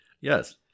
Yes